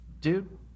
dude